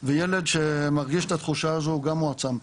וילד שמרגיש את התחושה הזו הוא גם מועצם.